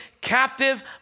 captive